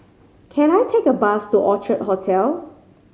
can I take a bus to Orchard Hotel